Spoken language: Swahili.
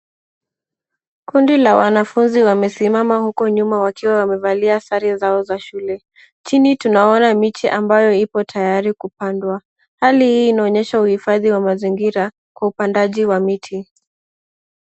Kundi la wanafunzi wamesimama huko nyuma wakiwa wamevalia sare zao za shule. Chini tunaona miti ambayo ipo tayari kupandwa . Hali hii inaonyesha uhifadhi wa mazingira kwa upandaji wa miti.